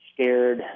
scared